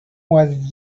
was